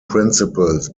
principles